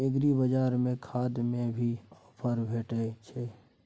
एग्रीबाजार में खाद में भी ऑफर भेटय छैय?